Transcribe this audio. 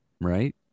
right